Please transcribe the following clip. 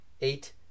Eight